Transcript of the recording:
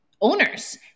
owners